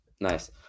Nice